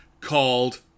called